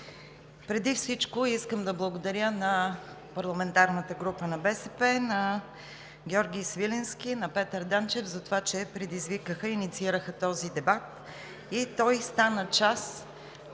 преди всичко искам да благодаря на парламентарната група на БСП, на Георги Свиленски, на Петър Данчев за това, че предизвикаха и инициираха този дебат